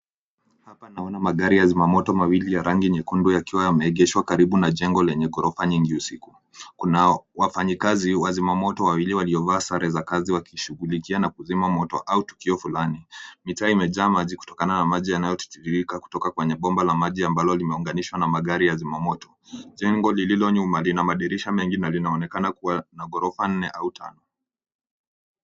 Hapa naona magari ya zimamoto mawili ya rangi nyekundu yakiwa yameegeshwa karibu na jengo lenye ghorofa nyingi usiku. Kuna wafanyikazi wa zimamoto wawili waliovaa sare za kazi wakishughulikia na kuzima moto au tukio fulani. Mitaa imejaa maji kutokana na maji yanayotiririka kutoka kwenye bomba la maji ambalo limeunganishwa na magari ya zimamoto. Jengo lililo nyuma lina madirisha mengi na linaonekana kuwa na ghorofa nne au tano.